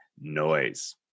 noise